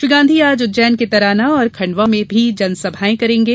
श्री गांधी आज उज्जैन के तराना और खंडवा में भी जनसभाएं करेगें